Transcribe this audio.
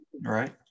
right